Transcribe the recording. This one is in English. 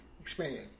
expand